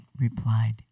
replied